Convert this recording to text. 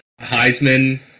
Heisman